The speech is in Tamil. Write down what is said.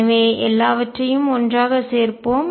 எனவே எல்லாவற்றையும் ஒன்றாக சேர்ப்போம்